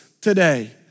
today